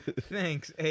Thanks